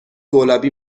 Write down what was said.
گلابی